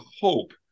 hope